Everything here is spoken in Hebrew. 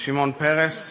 שמעון פרס,